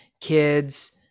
kids